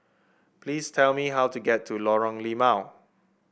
please tell me how to get to Lorong Limau